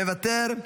מוותר.